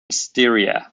styria